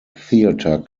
theatre